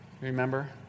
Remember